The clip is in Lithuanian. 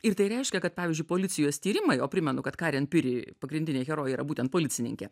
ir tai reiškia kad pavyzdžiui policijos tyrimai o primenu kad karin piri pagrindinė herojė yra būtent policininkė